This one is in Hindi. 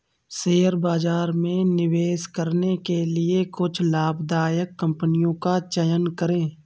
शेयर बाजार में निवेश करने के लिए कुछ लाभदायक कंपनियों का चयन करें